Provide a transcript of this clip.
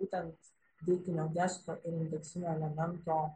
būtent deiktinio gesto ir indeksinio elemento